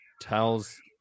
tells